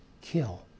kill